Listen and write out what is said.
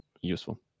useful